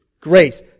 grace